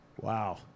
Wow